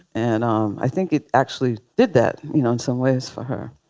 and um i think it actually did that. you know, in some ways for her,